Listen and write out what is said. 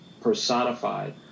personified